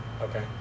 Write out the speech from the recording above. Okay